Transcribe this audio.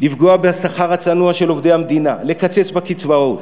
לפגוע בשכר הצנוע של עובדי המדינה, לקצץ בקצבאות.